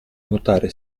nuotare